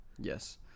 Yes